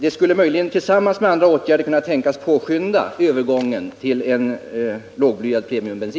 Tillsammans med andra åtgärder skulle den möjligen kunna tänkas påskynda övergången till premiumbensin med låg blyhalt.